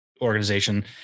organization